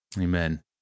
Amen